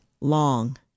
long